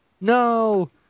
No